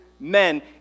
Men